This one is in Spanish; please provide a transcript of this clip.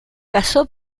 casó